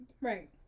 Right